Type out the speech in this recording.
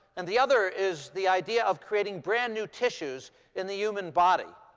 and the other is the idea of creating brand new tissues in the human body.